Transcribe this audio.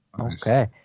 Okay